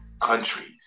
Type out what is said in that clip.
countries